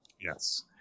Yes